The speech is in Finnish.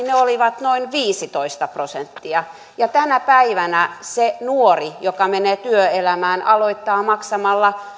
ne olivat noin viisitoista prosenttia ja tänä päivänä se nuori joka menee työelämään aloittaa maksamalla